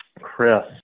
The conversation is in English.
Chris